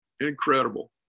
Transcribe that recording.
incredible